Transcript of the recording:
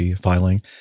filing